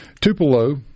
Tupelo